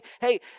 hey